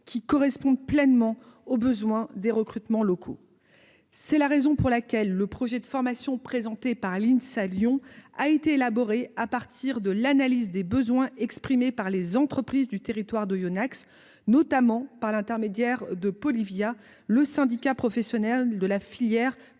qui correspond pleinement aux besoins des recrutements locaux, c'est la raison pour laquelle le projet de formation présentée par l'INSA Lyon a été élaboré à partir de l'analyse des besoins exprimés par les entreprises du territoire d'Oyonnax, notamment par l'intermédiaire de via le syndicat professionnel de la filière plasturgie et